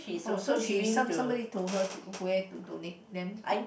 oh she some somebody told her to where to donate then to